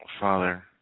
Father